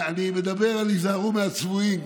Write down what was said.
אני מדבר על "היזהרו מן הצבועים",